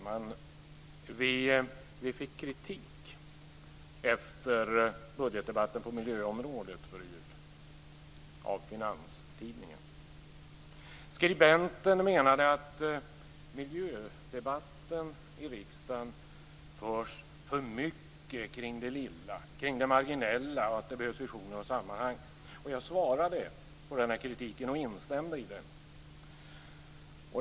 Herr talman! Vi fick kritik av Finanstidningen efter budgetdebatten på miljöområdet före jul. Skribenten menade att miljödebatten i riksdagen för mycket förs kring det lilla, kring det marginella, och att det behövs visioner och sammanhang. Jag svarade på kritiken och instämde i den.